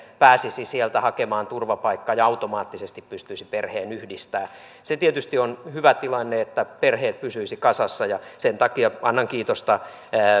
pääsisi sieltä hakemaan turvapaikkaa ja automaattisesti pystyisi perheen yhdistämään se tietysti on hyvä tilanne että perheet pysyisivät kasassa ja sen takia annan kiitosta